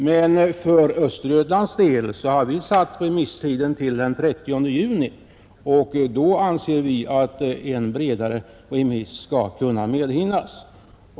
Men för Östergötlands del går remisstiden ut den 30 juni, och därför anser vi att en bredare remiss skall kunna medhinnas.